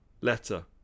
Letter